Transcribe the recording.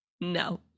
no